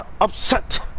upset